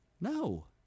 No